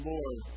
Lord